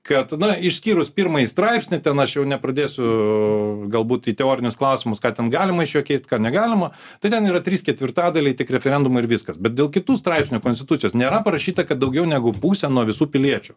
kad na išskyrus pirmąjį straipsnį ten aš jau nepradėsiu galbūt į teorinius klausimus ką ten galima iš jo keist ką negalima tai ten yra trys ketvirtadaliai tik referendumu ir viskas bet dėl kitų straipsnių konstitucijos nėra parašyta kad daugiau negu pusę nuo visų piliečių